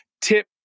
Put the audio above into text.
tip